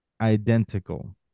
identical